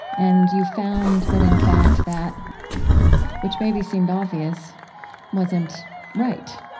and you found that, in fact, that which maybe seemed obvious wasn't right